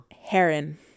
heron